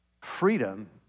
freedom